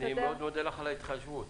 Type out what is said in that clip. מודה לך עבור ההתחשבות.